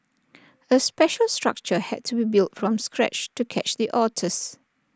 A special structure had to be built from scratch to catch the otters